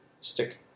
stick